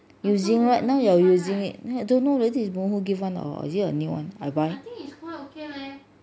using right now you are using it I don't know if it's who give [one] or is it a new [one] I buy